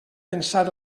pensar